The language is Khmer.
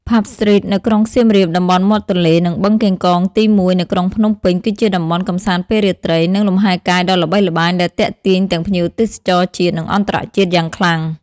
Pub Street នៅក្រុងសៀមរាប តំបន់មាត់ទន្លេ និងបឹងកេងកងទី១ នៅក្រុងភ្នំពេញ គឺជាតំបន់កម្សាន្តពេលរាត្រី និងលំហែកាយដ៏ល្បីល្បាញ ដែលទាក់ទាញទាំងភ្ញៀវទេសចរជាតិ និងអន្តរជាតិយ៉ាងខ្លាំង។